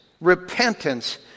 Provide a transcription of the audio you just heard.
repentance